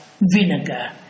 vinegar